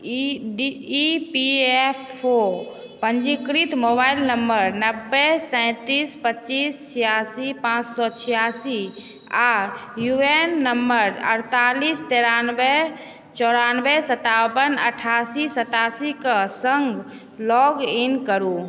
इ P F O पञ्जीकृत mobile number नबे सैतिस पच्चीस छिआसी पाँच सए छिआसी आ यू एन नम्बर अठतालिस तिरानबे चौरानबे सताबन अठासी सतासीकऽ सङ्ग लॉगिन करु